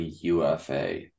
UFA